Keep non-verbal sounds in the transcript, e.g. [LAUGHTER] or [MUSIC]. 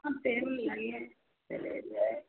हम [UNINTELLIGIBLE] चले जाएंगे